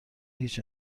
هیچ